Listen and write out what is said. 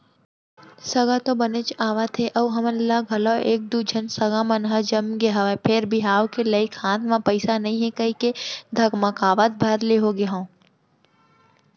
सगा तो बनेच आवथे अउ हमन ल घलौ एक दू झन सगा मन ह जमगे हवय फेर बिहाव के लइक हाथ म पइसा नइ हे कहिके धकमकावत भर ले होगे हंव